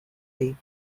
deep